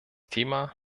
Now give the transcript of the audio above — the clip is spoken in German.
thema